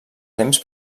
temps